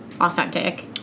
authentic